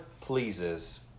pleases